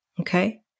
okay